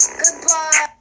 goodbye